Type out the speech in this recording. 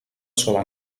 sola